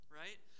right